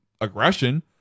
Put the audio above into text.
aggression